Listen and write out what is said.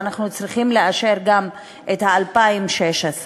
ואנחנו צריכים לאשר גם את 2016,